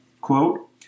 Quote